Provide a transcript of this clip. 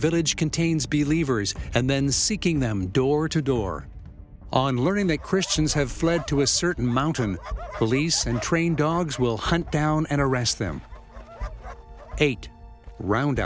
village contains be leavers and then seeking them door to door on learning that christians have fled to a certain mountain police and trained dogs will hunt down and arrest them eight round